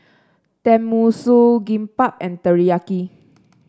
Tenmusu Kimbap and Teriyaki